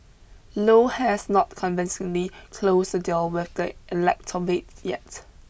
low has not convincingly closed the deal with the electorate yet